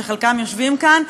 שחלקם יושבים כאן,